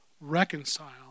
reconcile